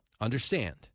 Understand